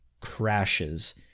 crashes